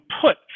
put